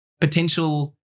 potential